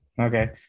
okay